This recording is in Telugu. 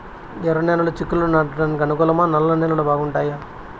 ఎర్రనేలలు చిక్కుళ్లు నాటడానికి అనుకూలమా నల్ల నేలలు బాగుంటాయా